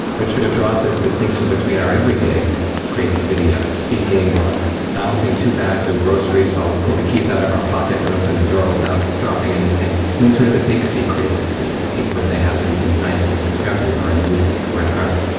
which sort of draws this distinction between our everyday creativity of speaking, or balancing two bags of groceries while we pull the keys out of our pocket and open the door without dropping anything then sort of the big c creativity, people would say happens in scientific discovery, or in music, or in art.